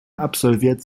absolviert